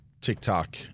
TikTok